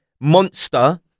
monster